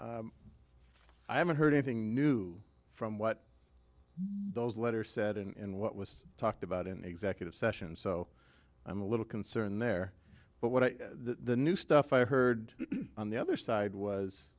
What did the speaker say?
attorney i haven't heard anything new from what those letter said and what was talked about in executive session so i'm a little concerned there but what the new stuff i heard on the other side was